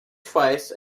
twice